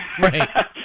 Right